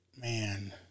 man